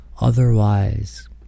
otherwise